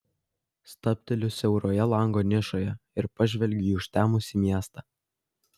stabteliu siauroje lango nišoje ir pažvelgiu į užtemusį miestą